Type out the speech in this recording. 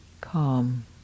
calm